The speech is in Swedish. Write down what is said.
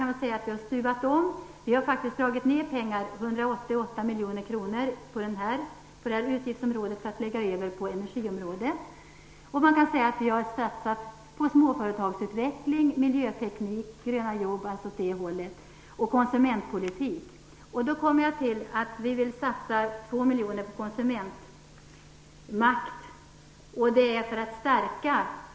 Vi har stuvat om där och faktiskt dragit ned med 188 miljoner kronor på detta utgiftsområde för att i stället lägga dem på energiområdet. Vi satsar på småföretagsutveckling, miljöteknik, gröna jobb och åtgärder åt det hållet. Vidare gäller det konsumentpolitik. Vi vill satsa 2 miljoner kronor på konsumentmakt för att stärka denna.